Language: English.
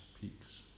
peaks